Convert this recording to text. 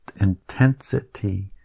intensity